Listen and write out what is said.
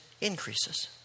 increases